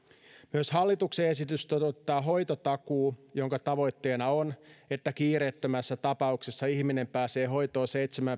myös hallituksen esitys toteuttaa hoitotakuu jonka tavoitteena on että kiireettömässä tapauksessa ihminen pääsee hoitoon seitsemän